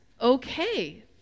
okay